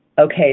Okay